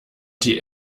die